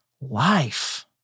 life